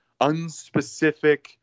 unspecific